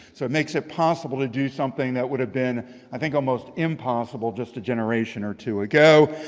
so it makes it possible to do something that would have been i think almost impossible just a generation or two ago.